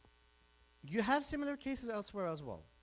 you have similar cases elsewhere as well,